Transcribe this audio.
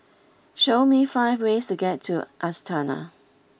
show me five ways to get to Astana